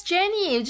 Jenny